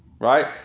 Right